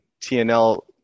TNL